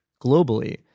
globally